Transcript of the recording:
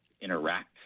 interact